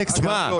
נכון.